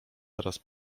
teraz